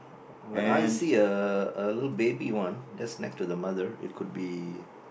but I see a a little baby one just next to the mother it could be